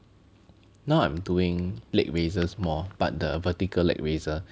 now I'm doing leg raises more but the vertical leg raises